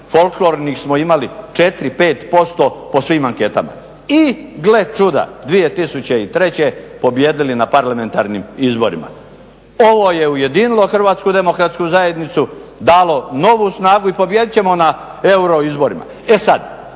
folklornih smo imali 4, 5% po svim anketama i gle čuda, 2003. pobijedili na parlamentarnim izborima. Ovo je ujedinilo HDZ, dalo novu snagu i pobijedit ćemo na Euro izborima. E sad,